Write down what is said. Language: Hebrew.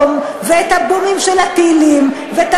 את "צבע אדום" ואת ה"בומים" של הטילים ואת